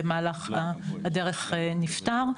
במהלך הדרך נפטר.